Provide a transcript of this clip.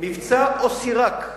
מבצע "אוסירק",